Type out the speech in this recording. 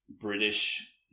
British